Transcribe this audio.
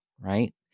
right